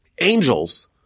Angels